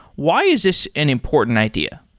why is this an important idea?